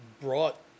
brought